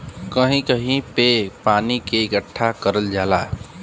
कहीं कहीं पे पानी के इकट्ठा करल जाला